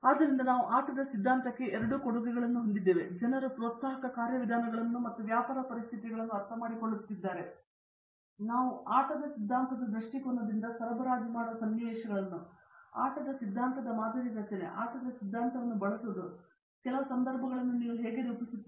ಆದ್ದರಿಂದ ನಾವು ಆಟದ ಸಿದ್ಧಾಂತಕ್ಕೆ ಎರಡೂ ಕೊಡುಗೆಗಳನ್ನು ಹೊಂದಿದ್ದೇವೆ ಮತ್ತು ಜನರು ಪ್ರೋತ್ಸಾಹಕ ಕಾರ್ಯವಿಧಾನಗಳನ್ನು ಮತ್ತು ವ್ಯಾಪಾರ ಪರಿಸ್ಥಿತಿಯನ್ನು ಅರ್ಥಮಾಡಿಕೊಳ್ಳುತ್ತಿದ್ದಾರೆ ನಾವು ಆಟದ ಸಿದ್ಧಾಂತದ ದೃಷ್ಟಿಕೋನದಿಂದ ಸರಬರಾಜು ಮಾಡುವ ಸನ್ನಿವೇಶಗಳನ್ನು ಆಟದ ಸಿದ್ಧಾಂತದ ಮಾದರಿ ರಚನೆ ಆಟದ ಸಿದ್ಧಾಂತವನ್ನು ಬಳಸುವುದು ಕೆಲವು ಸಂದರ್ಭಗಳನ್ನು ನೀವು ಹೇಗೆ ರೂಪಿಸುತ್ತೀರಿ